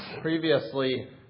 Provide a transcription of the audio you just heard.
Previously